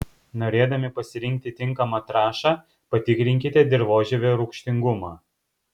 norėdami pasirinkti tinkamą trąšą patikrinkite dirvožemio rūgštingumą